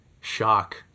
shock